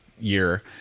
year